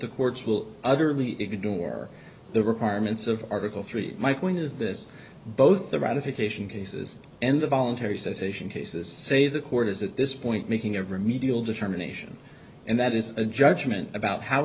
the courts will utterly ignore the requirements of article three my point is this both the ratification cases and the voluntary cessation cases say the court is at this point making a remedial determination and that is a judgment about how